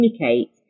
communicate